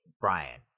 Brian